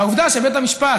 והעובדה שבית המשפט,